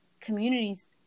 communities